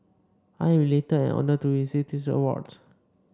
I am elated and honoured to receive this award